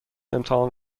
امتحان